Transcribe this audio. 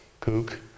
kook